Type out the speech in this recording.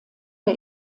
der